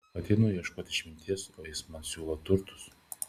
ateinu ieškoti išminties o jis man siūlo turtus